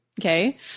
Okay